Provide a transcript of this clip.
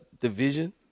division